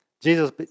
Jesus